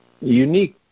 unique